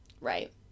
Right